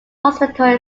hospital